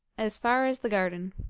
as far as the garden.